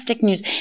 news